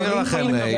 נעביר לכם.